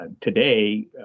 Today